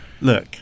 Look